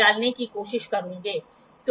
तो यह एक एंगल पर है तो रिफ्लेक्शन होता है